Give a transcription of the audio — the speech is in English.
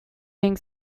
being